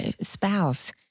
spouse